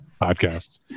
podcast